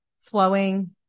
flowing